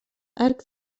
arc